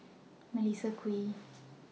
Melissa Kwee